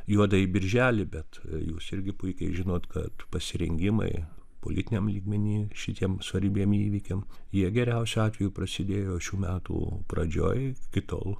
juodąjį birželį bet jūs irgi puikiai žinot kad pasirengimai politiniam lygmeny šitiem svarbiem įvykiam jie geriausiu atveju prasidėjo šių metų pradžioj iki tol